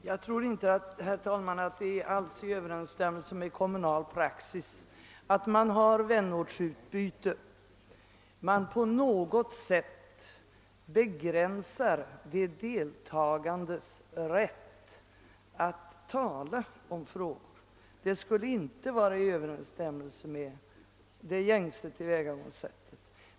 Herr talman! Jag tror inte alls att det är i överensstämmelse med kommunal praxis att man vid vänortsutbyte på något sätt begränsar de deltagandes rätt att tala om vissa frågor.